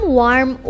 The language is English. warm